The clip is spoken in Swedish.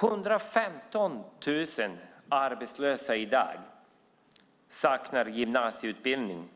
115 000 arbetslösa saknar i dag gymnasieutbildning.